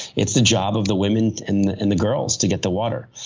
it's the job of the women and and the girls to get the water.